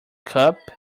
cup